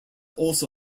also